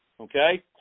okay